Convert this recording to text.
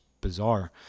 bizarre